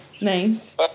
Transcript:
Nice